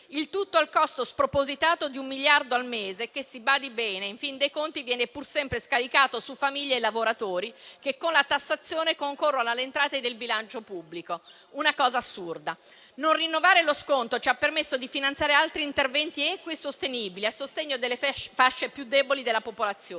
il tutto al costo spropositato di un miliardo al mese che - si badi bene - in fin dei conti viene pur sempre scaricato su famiglie e lavoratori che, con la tassazione, concorrono all'entrata del bilancio pubblico. Una cosa assurda. Non rinnovare lo sconto ci ha permesso di finanziare altri interventi equi e sostenibili a sostegno delle fasce più deboli della popolazione.